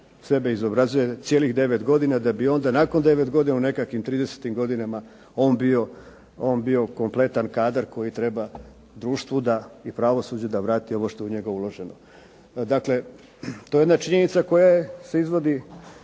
sebe izobrazuje cijelih 9 godina. Da bi onda nakon 9 godina u nekim tridesetim godinama, on bio kompletan kadar koji treba društvu i pravosuđu da vrati ono što je u njega uloženo. Dakle, to je činjenica koja se izvodi